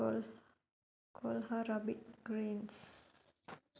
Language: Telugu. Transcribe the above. కుల్హ్ కుల్ అరబిక్ క్రీమ్స్